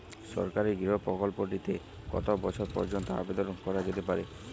সরকারি গৃহ প্রকল্পটি তে কত বয়স পর্যন্ত আবেদন করা যেতে পারে?